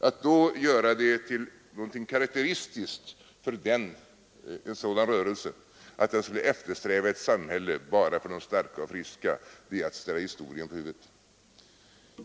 Att då göra det till något karakteristiskt för en sådan rörelse att den skulle eftersträva ett samhälle bara för de starka och friska är att ställa historien på huvudet.